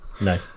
No